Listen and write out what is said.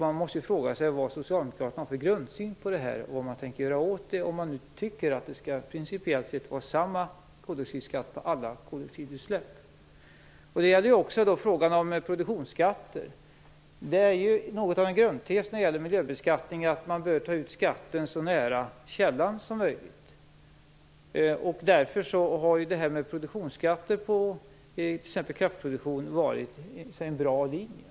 Man måste fråga sig vilken grundsyn socialdemokraterna har i detta fall och vad de tänker göra åt det, om de tycker att det principiellt sett skall vara samma skatt på alla koldioxidutsläpp. Det gäller också frågan om produktionsskatter. Det är något av en grundtes när det gäller miljöbeskattning att skatten bör tas ut så nära källan som möjligt. Därför har produktionsskatter på exempelvis kraftproduktion varit en bra linje.